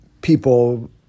people